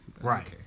Right